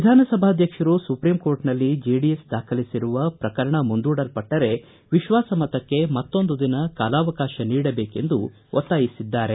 ವಿಧಾನಸಭಾಧಕ್ಷರು ಸುಪ್ರೀಂಕೋರ್ಟ್ನಲ್ಲಿ ಜೆಡಿಎಸ್ ದಾಖಲಿಸಿರುವ ಪ್ರಕರಣ ಮುಂದೂಡಲ್ಪಟ್ಟರೆ ವಿಶ್ವಾಸ ಮತಕ್ಕೆ ಮತ್ತೊಂದು ದಿನ ಕಾಲಾವಕಾಶ ನೀಡಬೇಕೆಂದು ಒತ್ತಾಯಿಸಿದ್ದಾರೆ